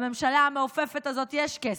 לממשלה המעופפת הזאת יש כסף.